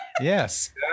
yes